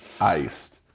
iced